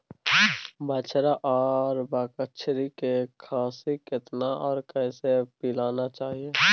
बछरा आर बछरी के खीस केतना आर कैसे पिलाना चाही?